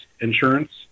insurance